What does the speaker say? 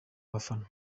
abafana